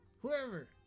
Whoever